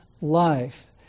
life